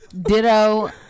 ditto